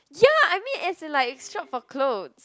ya I mean as in like shop for clothes